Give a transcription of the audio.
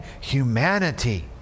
humanity